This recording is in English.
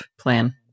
plan